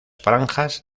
franjas